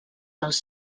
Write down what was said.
dels